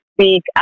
speak